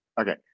Okay